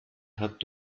hat